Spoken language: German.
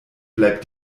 bleib